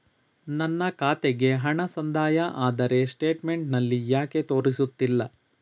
ನನ್ನ ಖಾತೆಗೆ ಹಣ ಸಂದಾಯ ಆದರೆ ಸ್ಟೇಟ್ಮೆಂಟ್ ನಲ್ಲಿ ಯಾಕೆ ತೋರಿಸುತ್ತಿಲ್ಲ?